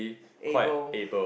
able